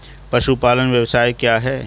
पशुपालन व्यवसाय क्या है?